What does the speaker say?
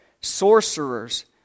sorcerers